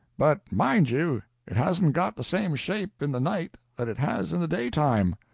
but mind you, it hasn't got the same shape in the night that it has in the daytime.